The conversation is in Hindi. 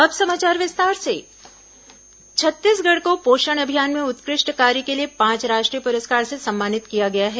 अब समाचार विस्तार से राष्ट्रीय पुरस्कार छत्तीसगढ़ को पोषण अभियान में उत्कृष्ट कार्य के लिए पांच राष्ट्रीय पुरस्कार से सम्मानित किया गया है